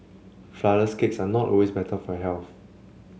flourless cakes are not always better for health